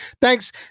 Thanks